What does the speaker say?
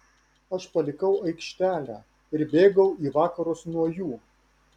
aš palikau aikštelę ir bėgau į vakarus nuo jų